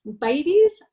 babies